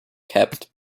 kept